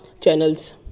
channels